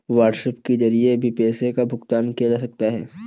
WhatsApp के जरिए भी पैसों का भुगतान किया जा सकता है